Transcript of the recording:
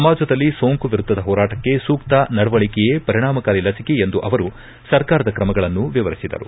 ಸಮಾಜದಲ್ಲಿ ಸೋಂಕು ವಿರುದ್ದದ ಹೋರಾಟಕ್ಕೆ ಸೂಕ್ತ ನಡವಳಿಕೆಯೇ ಪರಿಣಾಮಕಾರಿ ಲಸಿಕೆ ಎಂದು ಅವರು ಸರ್ಕಾರದ ಕ್ರಮಗಳನ್ನು ವಿವರಿಸಿದರು